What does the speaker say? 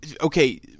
okay